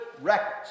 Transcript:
records